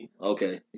Okay